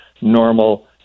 normal